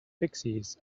pixies